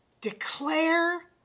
declare